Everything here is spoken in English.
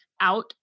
out